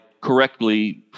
correctly